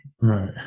Right